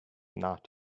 not